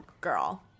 girl